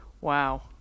Wow